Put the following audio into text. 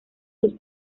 sus